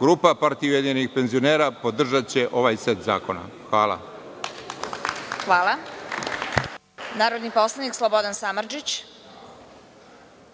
grupa Partija ujedinjenih penzionera podržaće ovaj set zakona. Hvala. **Vesna Kovač** Hvala. Narodni poslanik Slobodan Samardžić.